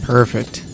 Perfect